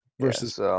Versus